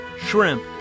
shrimp